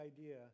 idea